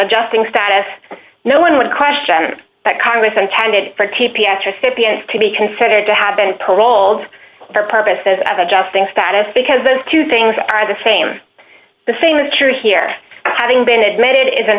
adjusting status no one would question that congress intended for t p s recipients to be considered to have been paroled for purposes of adjusting status because those two things are the same the same is true here having been admitted isn't